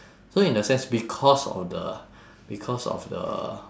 so in a sense because of the because of the